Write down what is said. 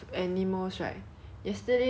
club penguin account hor